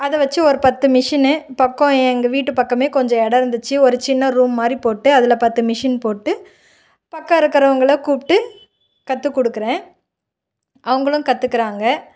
அதை வச்சி ஒரு பத்து மிஷினு பக்கம் எங்கள் வீட்டு பக்கமே கொஞ்சம் எடம் இருந்துச்சு ஒரு சின்ன ரூம் மாதிரி போட்டு அதில் பத்து மிஷின் போட்டு பக்கம் இருக்கிறவங்கள கூப்பிட்டு கற்றுக் கொடுக்குறேன் அவங்களும் கற்றுக்குறாங்க